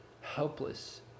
helpless